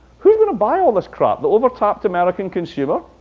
who's and buy all this crap? the over-tapped american consumer?